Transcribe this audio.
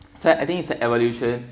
so I think it's an evolution